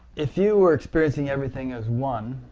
if you were experiencing everything as one,